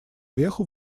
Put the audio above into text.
веху